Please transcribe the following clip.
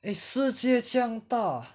eh 世界这样大